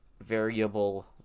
variable